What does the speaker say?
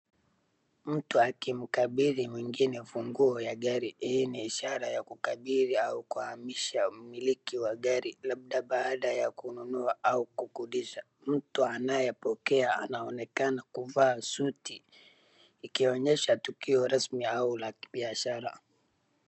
Mtu akimkabidhi mwingine funguo ya gari. Hii ni ishara ya kukabidhi au kuhamisha mmiliki wa gari labda baada ya kununua au kukodisha. Mtu anayepokea anaonekana kuvaa suti ikionyesha tukuo rasmi au la kibiashara.